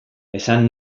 esan